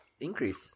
increase